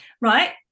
right